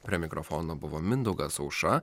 prie mikrofono buvo mindaugas aušra